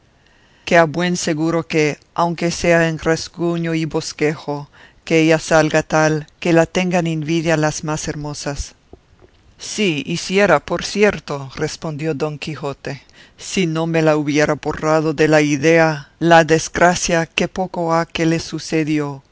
a buen seguro que aunque sea en rasguño y bosquejo que ella salga tal que la tengan invidia las más hermosas sí hiciera por cierto respondió don quijote si no me la hubiera borrado de la idea la desgracia que poco ha que le sucedió